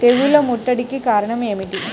తెగుళ్ల ముట్టడికి కారణం ఏమిటి?